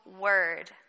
word